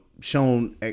shown